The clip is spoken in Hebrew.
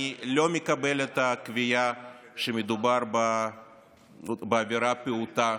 ואני לא מקבל את הקביעה שמדובר בעבירה פעוטה.